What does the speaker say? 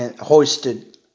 hoisted